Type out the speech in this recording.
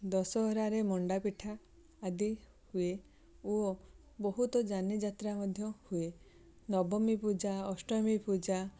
ଦଶହରାରେ ମଣ୍ଡା ପିଠା ଆଦି ହୁଏ ଓ ବହୁତ ଯାନି ଯାତ୍ରା ମଧ୍ୟ ହୁଏ ନବମୀ ପୂଜା ଅଷ୍ଟମୀ ପୂଜା